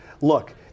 look